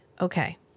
okay